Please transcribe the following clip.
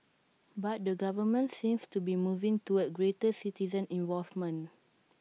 but the government seems to be moving to A greater citizen involvement